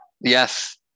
Yes